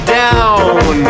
down